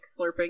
slurping